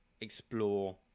explore